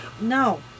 No